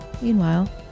Meanwhile